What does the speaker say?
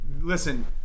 listen